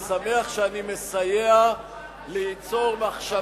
אני שמח שאני מסייע ליצור מחשבה חדשה,